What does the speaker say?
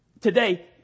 today